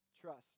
Trust